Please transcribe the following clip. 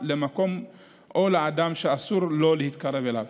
למקום או לאדם שאסור לו להתקרב אליו.